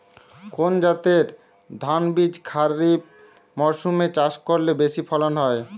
কোন জাতের ধানবীজ খরিপ মরসুম এ চাষ করলে বেশি ফলন হয়?